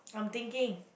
I'm thinking